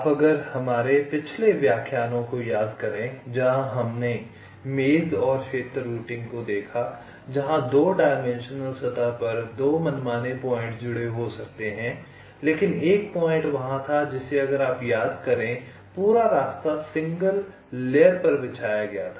आप अगर हमारे पिछले व्याख्यानों को याद करें जहां हमने मेज़ और क्षेत्र रूटिंग को देखा जहाँ 2 डायमेंशनल सतह पर 2 मनमाने पॉइंट्स जुड़े हो सकते हैं लेकिन एक पॉइंट वहाँ था जिसे अगर आप याद करें पूरा रास्ता सिंगल लेयर पर बिछाया गया था